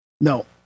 No